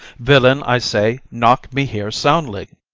villain, i say, knock me here soundly.